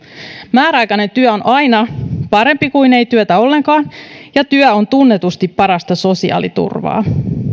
määräaikainen työ on aina parempi kuin ei työtä ollenkaan ja työ on tunnetusti parasta sosiaaliturvaa